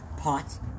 pots